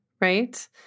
right